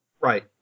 Right